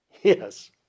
Yes